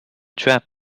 trap